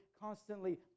constantly